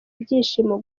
ibyishimo